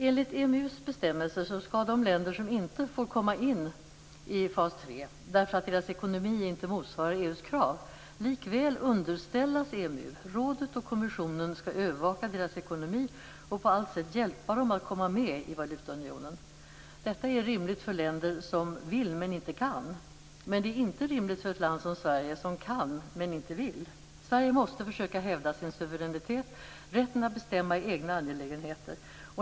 Enligt EMU:s bestämmelser skall de länder som inte får komma med i fas 3 därför att deras ekonomi inte motsvarar EU:s krav, likväl underställas EMU. Rådet och kommissionen skall övervaka deras ekonomi och på allt sätt hjälpa dem att kunna komma med i valutaunionen. Detta är rimligt för länder som vill men inte kan. Men det är inte rimligt för ett land som Sverige som kan men inte vill. Sverige måste försöka hävda sin suveränitet och rätten att bestämma i egna angelägenheter.